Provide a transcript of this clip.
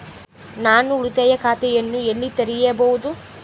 ನಾನು ಉಳಿತಾಯ ಖಾತೆಯನ್ನು ಎಲ್ಲಿ ತೆರೆಯಬಹುದು?